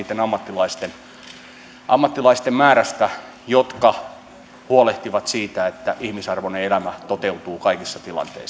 kun puhutaan niitten ammattilaisten määrästä jotka huolehtivat siitä että ihmisarvoinen elämä toteutuu kaikissa tilanteissa